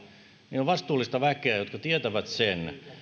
niin on vastuullista väkeä jotka tietävät sen